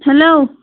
hello